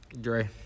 Dre